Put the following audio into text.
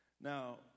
Now